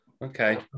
Okay